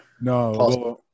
No